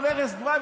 על ערש דווי,